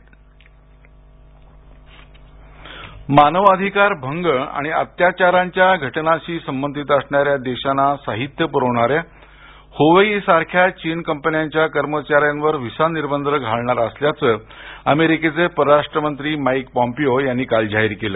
America Huawei कर्मचारी मानवाधिकार भंग आणि अत्याचारांच्या घटनांशी संबंधित असणाऱ्या देशांना साहित्य पुरवणाऱ्या हुवेई सारख्या चिनी कंपन्यांच्या कर्मचाऱ्यांवर व्हिसा निर्बंध घालणार असल्याचं अमेरिकेचे परराष्ट्र मंत्री माईक पोम्पिओ यांनी काल जाहीर केलं